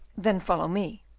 then follow me.